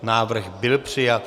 Návrh byl přijat.